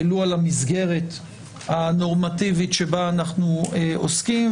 ולו על המסגרת הנורמטיבית שבה אנחנו עוסקים.